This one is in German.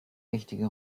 wichtige